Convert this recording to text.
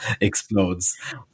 explodes